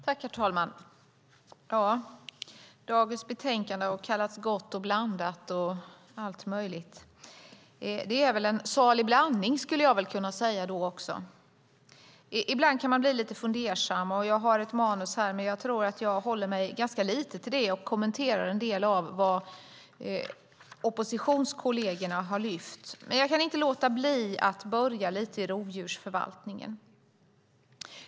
Herr talman! Dagens betänkande har kallats gott och blandat och allt möjligt. Det är en salig blandning, skulle jag kunna säga. Ibland kan man bli lite fundersam. Jag har ett manus här, men jag tror att jag inte kommer att hålla mig så mycket till det och i stället kommentera en del av vad oppositionskollegerna har tagit upp. Jag kan inte låta bli att börja med rovdjursförvaltningen.